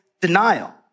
denial